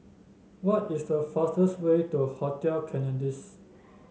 what is the fastest way to Hotel Citadines